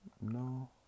no